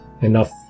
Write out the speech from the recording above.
enough